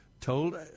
told